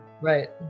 Right